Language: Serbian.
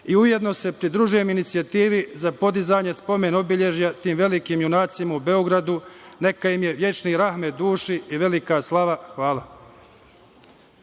i ujedno se pridružujem inicijativi za podizanje spomen obeležja tim velikim junacima u Beogradu. Neka im je večni rahmet duši i velika slava. Hvala.